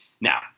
Now